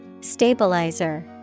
Stabilizer